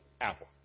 apple